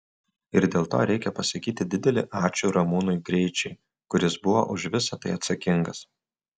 ir dėl to reikia pasakyti didelį ačiū ramūnui greičiui kuris buvo už visa tai atsakingas